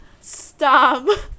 Stop